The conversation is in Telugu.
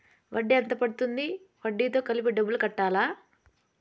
వడ్డీ ఎంత పడ్తుంది? వడ్డీ తో కలిపి డబ్బులు కట్టాలా?